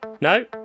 no